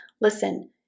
listen